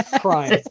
crying